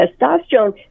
testosterone